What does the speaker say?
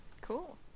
cool